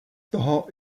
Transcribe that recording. toho